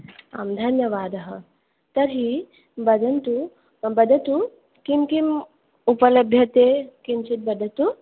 आं धन्यवादः तर्हि वदन्तु वदतु किं किम् उपलभ्यते किञ्चित् वदतु